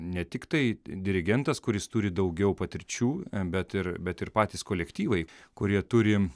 ne tiktai dirigentas kuris turi daugiau patirčių bet ir bet ir patys kolektyvai kurie turim